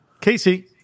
Casey